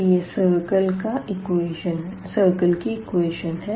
तो यह सर्कल का इक्वेशन है